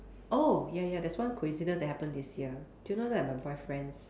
oh ya ya there's one coincidence that happened this year do you know that my boyfriend's